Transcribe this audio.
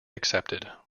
accepted